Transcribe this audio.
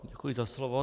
Děkuji za slovo.